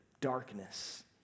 darkness